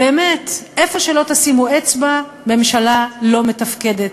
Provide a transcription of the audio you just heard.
באמת, איפה שלא תשימו אצבע, ממשלה לא מתפקדת.